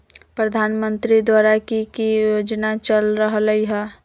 प्रधानमंत्री द्वारा की की योजना चल रहलई ह?